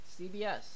CBS